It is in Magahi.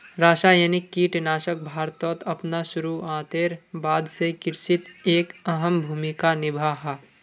रासायनिक कीटनाशक भारतोत अपना शुरुआतेर बाद से कृषित एक अहम भूमिका निभा हा